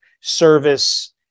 service